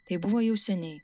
tai buvo jau seniai